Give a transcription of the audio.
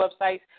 websites